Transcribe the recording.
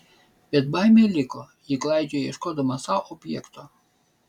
bet baimė liko ji klaidžioja ieškodama sau objekto